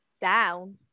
Down